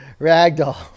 Ragdoll